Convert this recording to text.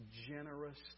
generous